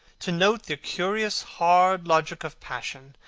to note the curious hard logic of passion,